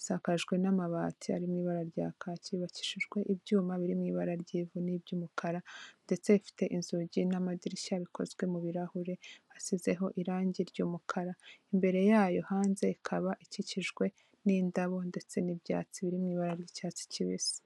isakajwe n'amabati ari mu ibara rya kaki, yubakishijwe ibyuma biri mu ibara ry'ivu n'iry'umukara, ndetse bifite inzugi n'amadirishya bikozwe mu birahure, hasizeho irangi ry'umukara, imbere yayo hanze ikaba ikikijwe n'indabo ndetse n'ibyatsi biri mu ibara ry'icyatsi kibisi.